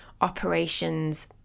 operations